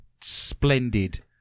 splendid